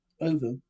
Over